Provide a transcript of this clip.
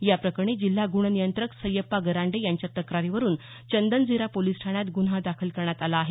या प्रकरणी जिल्हा गुण नियंत्रक सयप्पा गरांडे यांच्या तक्रारीवरुन चंदनझिरा पोलीस ठाण्यात गुन्हा दाखल करण्यात आला आहे